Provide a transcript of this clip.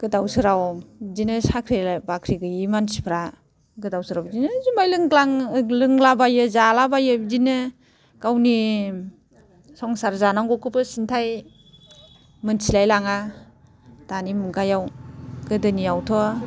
गोदाव सोराव बिदिनो साख्रि बाख्रि गैयै मानसिफ्रा गोदाव सोराव बिदिनो जुमाइ लोंग्लां लोंलाबायो जालाबायो बिदिनो गावनि संसार जानांगौखौबो सिनथाय मिन्थिलाय लाङा दानि मुगायाव गोदोनियावथ'